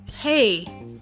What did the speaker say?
hey